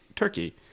Turkey